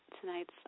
tonight's